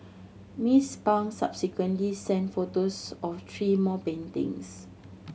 Miss Pang subsequently sent photos of three more paintings